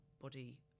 body